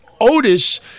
Otis